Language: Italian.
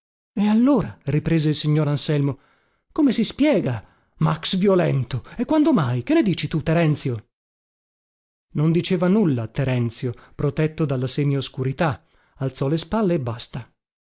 e allora riprese il signor anselmo come si spiega max violento e quando mai che ne dici tu terenzio non diceva nulla terenzio protetto dalla semioscurità alzò le spalle e basta